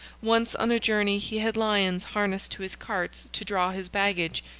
once on a journey he had lions harnessed to his carts to draw his baggage,